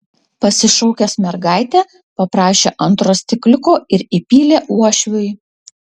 pasišaukęs mergaitę paprašė antro stikliuko ir įpylė uošviui